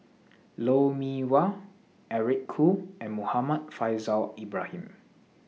Lou Mee Wah Eric Khoo and Muhammad Faishal Ibrahim